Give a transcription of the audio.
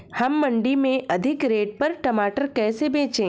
हम मंडी में अधिक रेट पर टमाटर कैसे बेचें?